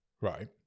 Right